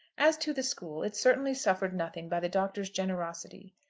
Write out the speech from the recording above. as to the school, it certainly suffered nothing by the doctor's generosity,